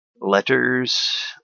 letters